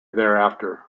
thereafter